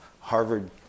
Harvard